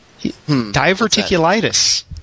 Diverticulitis